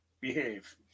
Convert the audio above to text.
Behave